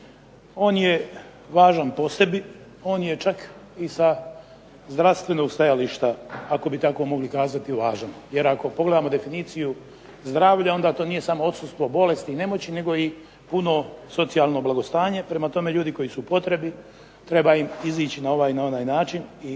On je važan po sebi, on je čak i sa zdravstvenog stajališta, ako bi tako mogli kazati važan, jer ako pogledamo definiciju zdravlja onda to nije samo odsustvo, bolest i nemoći, nego i puno socijalno blagostanje, prema tome ljudi koji su potrebni treba im izići na ovaj i na onaj način i